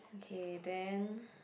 okay then